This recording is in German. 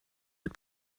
mit